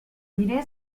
diré